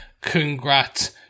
congrats